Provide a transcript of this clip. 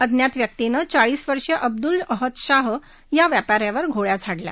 अज्ञात व्यक्तीने चाळीस वर्षीय अब्दुाल अहद शाह या व्यापा यावर गोळ्या झाडल्या